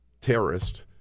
terrorist